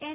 N